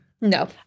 No